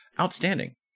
Outstanding